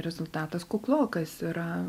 rezultatas kuklokas yra